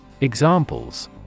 Examples